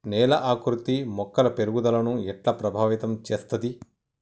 నేల ఆకృతి మొక్కల పెరుగుదలను ఎట్లా ప్రభావితం చేస్తది?